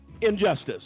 injustice